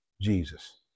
Jesus